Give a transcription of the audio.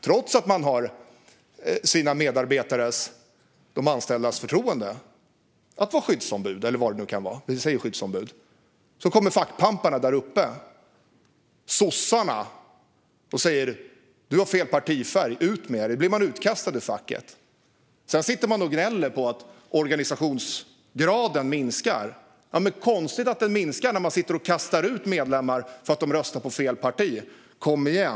Trots att man har sina medarbetares, de anställdas, förtroende att vara skyddsombud eller vad det nu kan vara kommer fackpamparna där uppe, sossarna, och säger: Du har fel partifärg! Ut med dig! Och så blir man utkastad ur facket. Sedan gnäller facken över att organisationsgraden minskar. Det är väl inte konstigt att den minskar när de kastar ut medlemmar som röstar på fel parti? Kom igen!